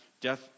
death